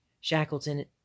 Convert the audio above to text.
Shackleton